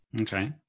Okay